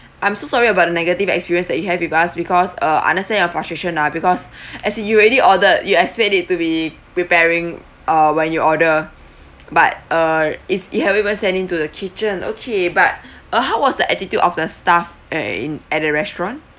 I'm so sorry about the negative experience that you have with us because uh understand your frustration ah because as in you already ordered you expect it to be preparing uh when you order but uh it's it haven't even send in to the kitchen okay but uh how was the attitude of the staff uh in at the restaurant